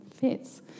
fits